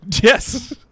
Yes